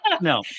No